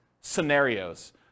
scenarios